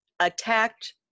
attacked